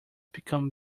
become